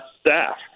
staff